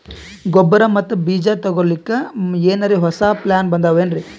ಗೊಬ್ಬರ ಮತ್ತ ಬೀಜ ತೊಗೊಲಿಕ್ಕ ಎನರೆ ಹೊಸಾ ಪ್ಲಾನ ಬಂದಾವೆನ್ರಿ?